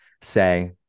say